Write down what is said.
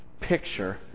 picture